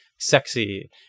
sexy